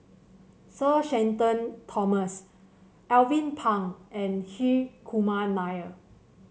Sir Shenton Thomas Alvin Pang and Hri Kumar Nair